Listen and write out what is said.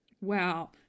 Wow